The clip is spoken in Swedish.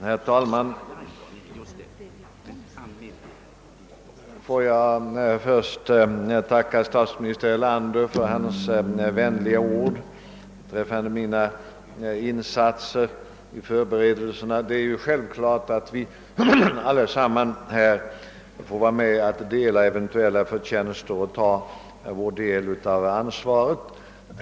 Herr talman! Får jag först tacka statsminister Erlander för hans vänliga ord beträffande mina insatser vid förberedelserna. Det är ju självklart att vi allesammans här får vara med och dela eventuella förtjänster och ta vår del av ansvaret.